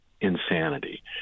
insanity